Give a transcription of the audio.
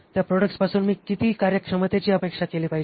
त्या प्रॉडक्ट्सपासून मी किती कार्यक्षमतेची अपेक्षा केली पाहिजे